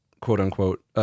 quote-unquote